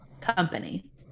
company